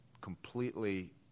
completely